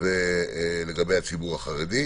מוגבלויות ובציבור החרדי.